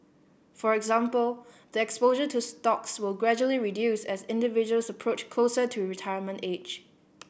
for example the exposure to stocks will gradually reduce as individuals approach closer to retirement age